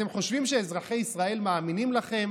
אתם חושבים שאזרחי ישראל מאמינים לכם?